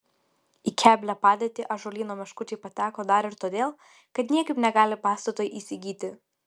į keblią padėtį ąžuolyno meškučiai pateko dar ir todėl kad niekaip negali pastato įsigyti